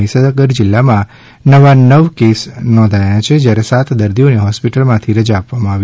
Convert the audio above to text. મહીસાગર જિલ્લામાં નવ નવા કેસ જયારે સાત દર્દીઓને હોસ્પીટલમાંથી રજા આપવામાં આવી